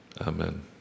Amen